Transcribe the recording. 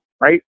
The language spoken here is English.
right